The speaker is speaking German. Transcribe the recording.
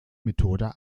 methode